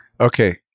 Okay